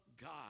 God